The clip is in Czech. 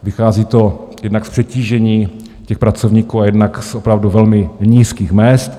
Vychází to jednak z přetížení těch pracovníků a jednak z opravdu velmi nízkých mezd.